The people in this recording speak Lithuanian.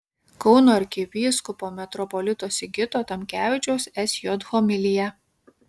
kauno arkivyskupo metropolito sigito tamkevičiaus sj homilija